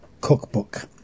Cookbook